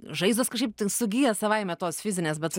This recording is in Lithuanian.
žaizdos kažkaip sugyja savaime tos fizinės bet